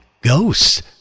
Ghosts